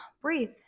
breathe